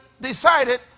decided